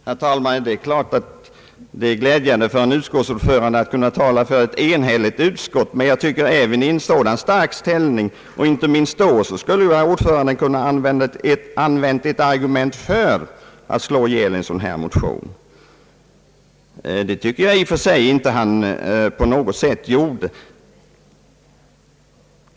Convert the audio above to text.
Herr talman! Det är naturligtvis glädjande för en utskottsordförande att kunna tala för ett enhälligt utskott. Även i en sådan stark ställning borde dock ordföranden kunna använda något argument för att slå ihjäl en motion, vilket han i detta fall inte på något sätt gjorde.